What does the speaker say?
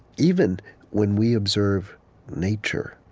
even when we observe nature.